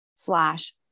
Slash